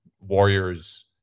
Warriors